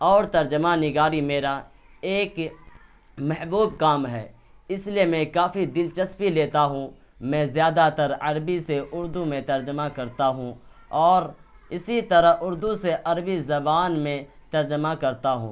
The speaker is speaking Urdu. اور ترجمہ نگاری میرا ایک محبوب کام ہے اس لیے میں کافی دلچسپی لیتا ہوں میں زیادہ تر عربی سے اردو میں ترجمہ کرتا ہوں اور اسی طرح اردو سے عربی زبان میں ترجمہ کرتا ہوں